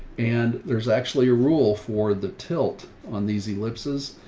and there's actually a rule for the tilt on these ellipses.